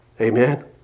Amen